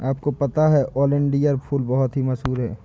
आपको पता है ओलियंडर फूल बहुत ही मशहूर है